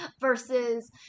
Versus